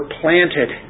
planted